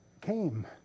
came